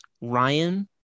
Ryan